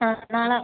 ആ നാളെ